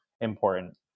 important